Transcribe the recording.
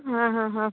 ಹಾಂ ಹಾಂ ಹಾಂ